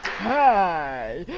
hi!